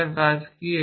এটার কাজ কি